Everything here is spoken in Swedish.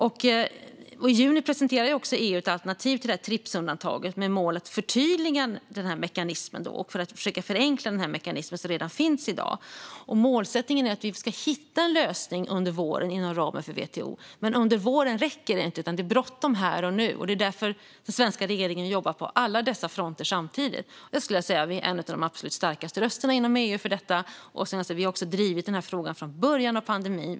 I juni presenterade EU ett alternativ till Tripsundantaget med målet att förtydliga mekanismen och försöka förenkla den mekanism som redan finns i dag. Målsättningen är att vi ska hitta en lösning under våren inom ramen för WTO. Men det räcker inte med att det sker under våren, utan det är bråttom här och nu. Det är därför den svenska regeringen jobbar på alla dessa fronter samtidigt. Jag skulle säga att Sverige är en av de absolut starkaste rösterna inom EU för detta, och vi har drivit frågan från början av pandemin.